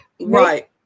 Right